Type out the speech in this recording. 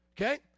okay